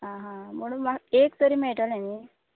आं हा म्हुणू म्हाका एक तरी मेळटले न्ही